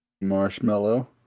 Marshmallow